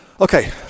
Okay